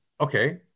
Okay